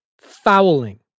fouling